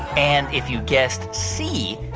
and if you guessed c,